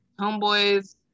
homeboys